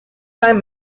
time